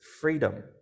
freedom